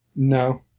No